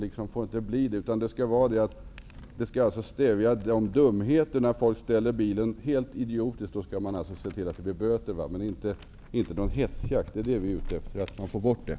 Lagstiftningen skall användas för ingripanden när folk ställer bilen helt idiotiskt. Då skall man se till att det blir böter. Men det får inte vara fråga om någon hetsjakt på bilister. Det är möjligheten att bedriva sådan vi vill ha bort.